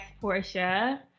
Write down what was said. Portia